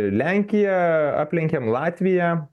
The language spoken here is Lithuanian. lenkiją aplenkėm latviją